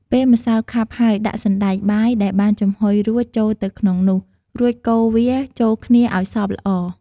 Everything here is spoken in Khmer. ពេលម្សៅខាប់ហើយ ដាក់សណ្ដែកបាយដែលបានចំហុយរួចចូលទៅក្នុងនោះ រួចកូរវាចូលគ្នាឲ្យសព្វល្អ។